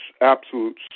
absolute